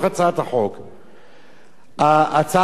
הצעת חוק שמירת אזרחי ישראל.